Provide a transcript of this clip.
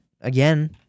again